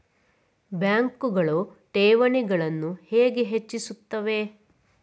ಬ್ಯಾಂಕುಗಳು ಠೇವಣಿಗಳನ್ನು ಹೇಗೆ ಹೆಚ್ಚಿಸುತ್ತವೆ?